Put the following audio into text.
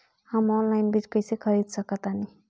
हम ऑनलाइन बीज कईसे खरीद सकतानी?